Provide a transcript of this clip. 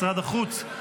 משרד החוץ,